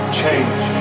change